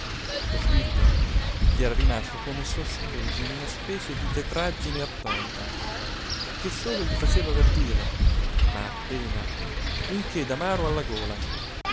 lo spirito gli era rimasto come sospeso in una specie di tetraggine attonita che solo gli faceva avvertire ma appena un che d'amaro alla gola